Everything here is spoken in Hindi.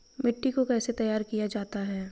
मिट्टी को कैसे तैयार किया जाता है?